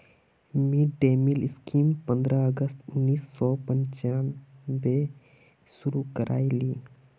mid day meal स्कीमक पंद्रह अगस्त उन्नीस सौ पंचानबेत शुरू करयाल की